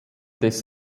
des